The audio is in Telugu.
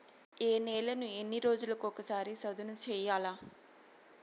ఏ నేలను ఎన్ని రోజులకొక సారి సదును చేయల్ల?